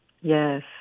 Yes